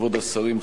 כבוד השרים,